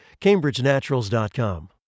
CambridgeNaturals.com